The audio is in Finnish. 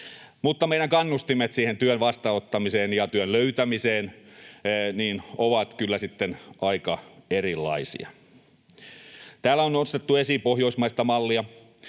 mutta meidän kannustimet siihen työn vastaanottamiseen ja työn löytämiseen ovat kyllä sitten aika erilaisia. Täällä on nostettu esiin pohjoismaista mallia.